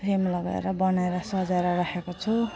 frame लगाएर बनाएर सजाएर राखेको छु